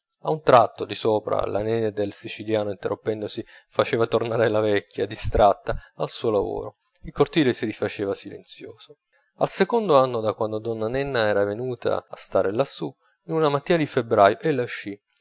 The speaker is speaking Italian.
a un tratto di sopra la nenia del siciliano interrompendosi faceva tornare la vecchia distratta al suo lavoro il cortile si rifaceva silenzioso al secondo anno da quando donna nena era venuta a stare lassù in una mattina di febbraio ella uscì come